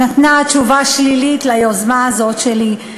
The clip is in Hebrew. נתנה תשובה שלילית ליוזמה הזאת שלי.